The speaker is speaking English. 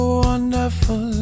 wonderful